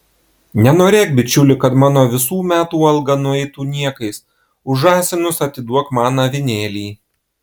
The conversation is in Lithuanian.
nenorėk bičiuli kad mano visų metų alga nueitų niekais už žąsinus atiduok man avinėlį